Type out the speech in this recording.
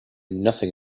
nothing